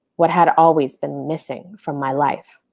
what had always been missing from my life.